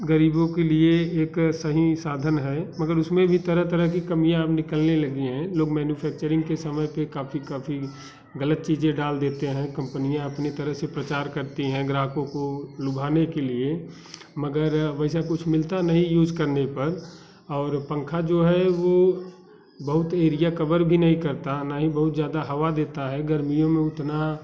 गरीबों के लिए एक सही साधन है मगर उसमें भी तरह तरह की कमियाँ अब निकलने लगी हैं लोग मेनूफैक्चरिंग के समय पे काफ़ी काफ़ी गलत चीज़ें डाल देते हैं कंपनियां अपने तरह से प्रचार करती हैं ग्राहकों को लुभाने के लिए मगर वैसे अब कुछ मिलता नहीं यूज करने पड़ और पंखा जो है वो बहुत एरिया कवर भी नहीं करता न ही बहुत ज़्यादा हवा देता हैं गर्मियों में उतना